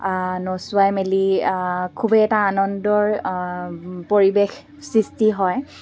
নচুৱাই মেলি খুবেই এটা আনন্দৰ পৰিৱেশ সৃষ্টি হয়